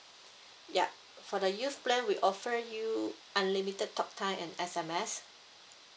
yup for the youth plan we offer you unlimited talk time and S_M_S